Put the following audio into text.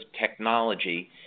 technology